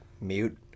mute